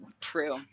true